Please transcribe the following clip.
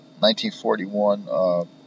1941